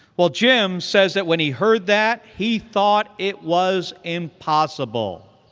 well, jim says that when he heard that, he thought it was impossible.